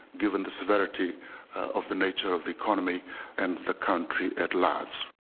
given the severity of the nature of the economy and the country at large.